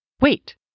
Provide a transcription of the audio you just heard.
Wait